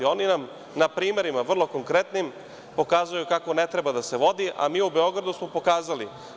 Oni nam na primerima vrlo konkretnim pokazuju kako ne treba da se vodi, a mi u Beogradu smo pokazali.